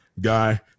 guy